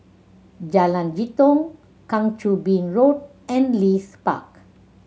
Jalan Jitong Kang Choo Bin Road and Leith Park